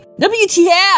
WTF